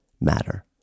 matter